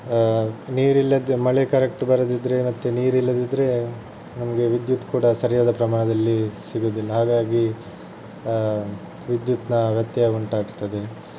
ನೀರಿಲ್ಲದೆ ಮಳೆ ಕರೆಕ್ಟ್ ಬರದಿದ್ರೆ ಮತ್ತು ನೀರಿಲ್ಲದಿದ್ರೆ ನಮಗೆ ವಿದ್ಯುತ್ ಕೂಡ ಸರಿಯಾದ ಪ್ರಮಾಣದಲ್ಲಿ ಸಿಗುವುದಿಲ್ಲ ಹಾಗಾಗಿ ವಿದ್ಯುತ್ನ ವ್ಯತ್ಯಯ ಉಂಟಾಗ್ತದೆ